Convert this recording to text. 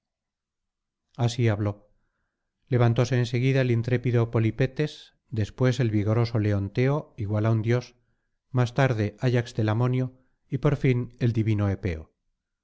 así habló levantóse en seguida el intrépido polipetes después el vigoroso leonteo igual á un dios más tarde ayax telamonio y por fin el divino epeo